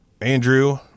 Andrew